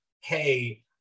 hey